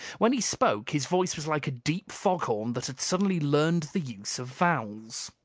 when he spoke, his voice was like a deep foghorn that had suddenly learned the use of vowels.